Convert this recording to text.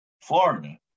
Florida